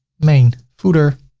main footer.